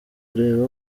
urebe